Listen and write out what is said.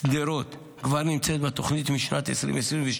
שדרות כבר נמצאת בתוכנית משנת 2022,